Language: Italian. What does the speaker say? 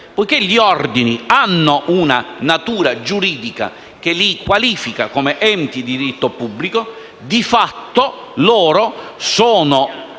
poiché gli ordini hanno una natura giuridica che li qualifica come enti di diritto pubblico, sono